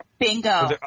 Bingo